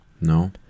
No